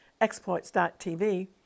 exploits.tv